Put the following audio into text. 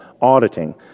auditing